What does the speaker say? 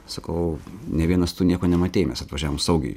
sakau ne vienas tu nieko nematei mes atvažiavom saugiai